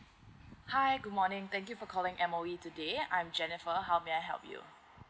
hi good morning thank you for calling M_O_E today I'm jeniifer how may I help you